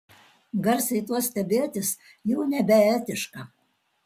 garsiai tuo stebėtis jau nebeetiška